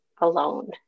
alone